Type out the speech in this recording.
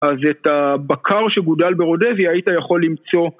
אז את הבקר שגודל ברודבי היית יכול למצוא